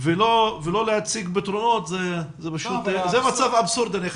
ולא להציג פתרונות, זה מצב אבסורדי.